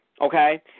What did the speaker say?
okay